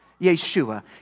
Yeshua